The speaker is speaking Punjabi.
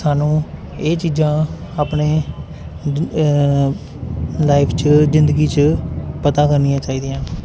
ਸਾਨੂੰ ਇਹ ਚੀਜ਼ਾਂ ਆਪਣੇ ਲਾਈਫ 'ਚ ਜ਼ਿੰਦਗੀ 'ਚ ਪਤਾ ਕਰਨੀਆਂ ਚਾਹੀਦੀਆਂ